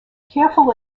careful